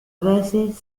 veces